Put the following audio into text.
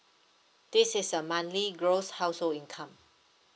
this is a monthly gross household income